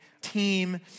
team